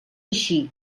així